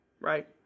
right